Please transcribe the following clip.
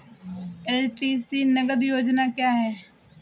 LTC नगद योजना क्या है?